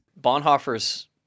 Bonhoeffer's